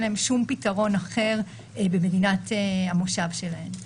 להן שום פתרון אחר במדינת המושב שלהן.